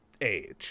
age